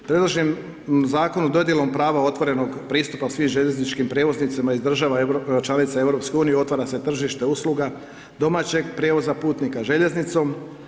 Predloženim zakonom, dodjelom prava otvorenog pristupa svim željezničkim prijevoznicima iz država članica EU otvara se tržište usluga domaćeg prijevoza putnika željeznicom.